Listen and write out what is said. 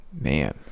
man